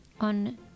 on